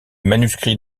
manuscrits